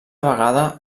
vegada